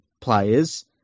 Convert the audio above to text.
players